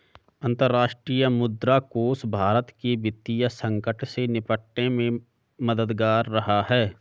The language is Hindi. अंतर्राष्ट्रीय मुद्रा कोष भारत के वित्तीय संकट से निपटने में मददगार रहा है